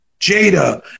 Jada